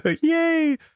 Yay